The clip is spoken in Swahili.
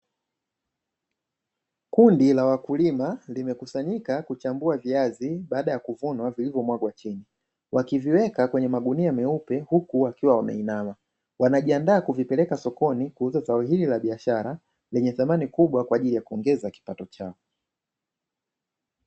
Kundi la wakulima limekusanyika kuchambua viazi baada ya kuvunwa vilivyomwagwa chini, wakiviweka kwenye magunia meupe huku wakiwa wameinama, wanajiandaa kuvipeleka sokoni kuuza zao hili la biashara lenye thamani kubwa kwa ajili ya kuongeza kipato chao.